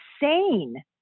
insane